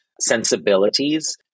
sensibilities